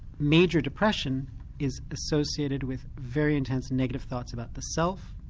major depression is associated with very intense negative thoughts about the self,